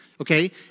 Okay